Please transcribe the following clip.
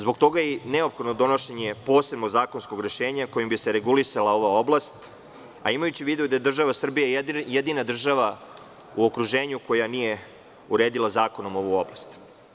Zbog toga je i neophodno donošenje posebnog zakonskog rešenja, kojim bi se regulisala ova oblast, a imajući u vidu da je država Srbija jedina država u okruženju koja nije uredila zakonom ovu oblast.